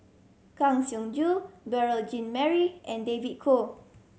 Kang Siong Joo Beurel Jean Marie and David Kwo